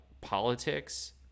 politics